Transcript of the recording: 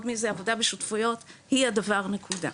מזה עבודה בשותפויות היא הדבר נקודה,